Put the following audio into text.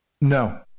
no